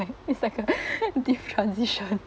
like it's like a dif~ transition